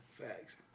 Facts